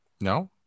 No